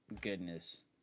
goodness